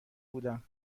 بودم